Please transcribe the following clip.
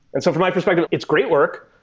and so from my perspective, it's great work.